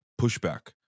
pushback